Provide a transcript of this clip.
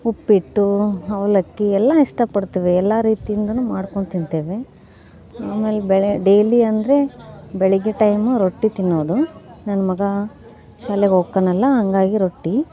ಉಪ್ಪಿಟ್ಟು ಅವಲಕ್ಕಿ ಎಲ್ಲ ಇಷ್ಟ ಪಡ್ತೇವೆ ಎಲ್ಲ ರೀತಿಯಿಂದಲೂ ತಿಂತೇವೆ ಆಮೇಲೆ ಬೆಳೆ ಡೈಲಿ ಅಂದರೆ ಬೆಳಗ್ಗೆ ಟೈಮು ರೊಟ್ಟಿ ತಿನ್ನೋದು ನನ್ನ ಮಗ ಶಾಲೆಗೆ ಹೋಕ್ಕಣಲ್ಲ ಹಂಗಾಗಿ ರೊಟ್ಟಿ